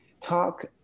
talk